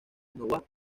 noboa